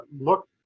look